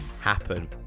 happen